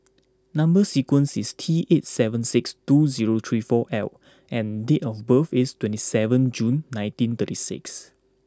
number sequence is T eight seven six two zero three four L and date of birth is twenty seven June nineteen thirty six